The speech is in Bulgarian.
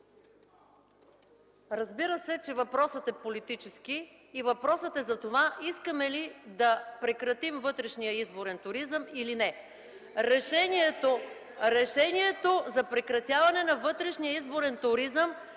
Разбира се, че въпросът е политически. Въпросът е за това: искаме ли да прекратим вътрешния изборен туризъм или не? (Реплики от ГЕРБ.) Решението за прекратяване на вътрешния изборен туризъм